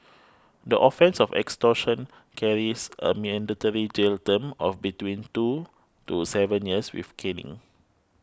the offence of extortion carries a mandatory jail term of between two to seven years with caning